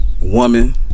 woman